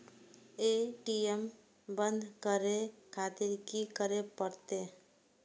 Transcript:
ATM बंद करें खातिर की करें परतें?